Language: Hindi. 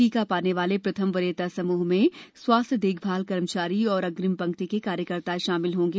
टीका पाने वाले प्रथम वरीयता समूह में स्वास्थ्य देखभाल कर्मचारी और अग्रिम पंक्ति के कार्यकर्ता शामिल होंगे